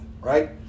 right